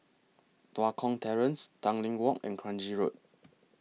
Tua Kong Terrace Tanglin Walk and Kranji Road